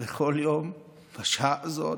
בכל יום בשעה הזאת,